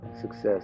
success